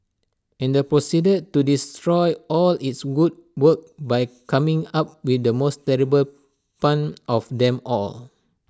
and proceeded to destroy all its good work by coming up with the most terrible pun of them all